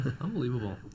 Unbelievable